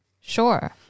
sure